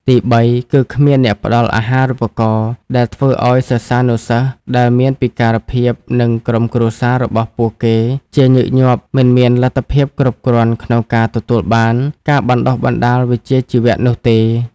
ទីបី គឺគ្មានអ្នកផ្តល់អាហារូបករណ៍ ដែលធ្វើឲ្យសិស្សានុសិស្សដែលមានពិការភាពនិងក្រុមគ្រួសាររបស់ពួកគេជាញឹកញាប់មិនមានលទ្ធភាពគ្រប់គ្រាន់ក្នុងការទទួលបានការបណ្តុះបណ្តាលវិជ្ជាជីវៈនោះទេ។